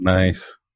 Nice